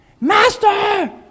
master